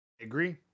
Agree